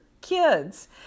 kids